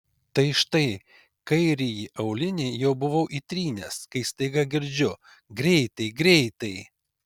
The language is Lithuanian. tai štai kairįjį aulinį jau buvau įtrynęs kai staiga girdžiu greitai greitai